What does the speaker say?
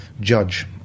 judge